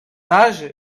age